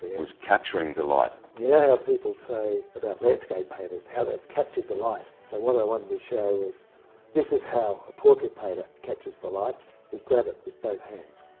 was capturing the light. you know how people say about landscape painters, how they've captured the light, so what i wanted to show was this is how a portrait painter captures the light. we grab it with both hands.